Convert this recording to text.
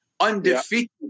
undefeated